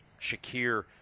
Shakir